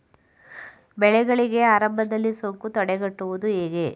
ಬೆಳೆಗಳಿಗೆ ಆರಂಭದಲ್ಲಿ ಸೋಂಕು ತಡೆಗಟ್ಟುವುದು ಹೇಗೆ?